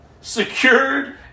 secured